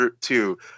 two